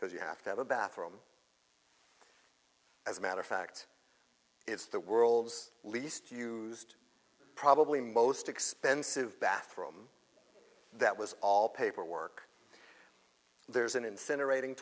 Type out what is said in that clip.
because you have to have a bathroom as a matter of fact it's the world's least used probably most expensive bathroom that was all paperwork there's an incinerating